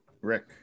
Rick